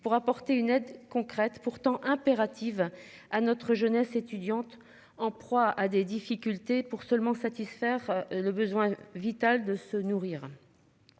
pour apporter une aide concrète pourtant impérative à notre jeunesse étudiante en proie à des difficultés pour seulement satisfaire le besoin vital de se nourrir.